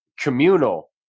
communal